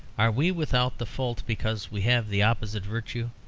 are we without the fault because we have the opposite virtue?